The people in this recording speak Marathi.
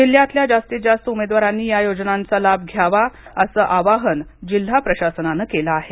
जिल्ह्यातल्या जास्तीत जास्त उमेदवारांनी या योजनांचा लाभ घ्यावा असं आवाहन जिल्हा प्रशासनानं केलं आहे